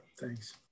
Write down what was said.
thanks